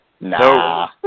nah